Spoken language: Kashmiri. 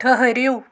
ٹھٕہرِو